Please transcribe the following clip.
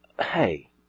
hey